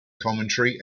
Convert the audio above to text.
commentary